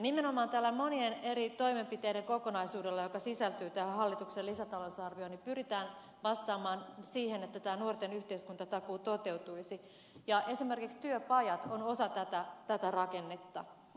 nimenomaan tällä monien eri toimenpiteiden kokonaisuudella joka sisältyy hallituksen lisätalousarvioon pyritään vastaamaan siihen että nuorten yhteiskuntatakuu toteutuisi ja esimerkiksi työpajat ovat osa tätä rakennetta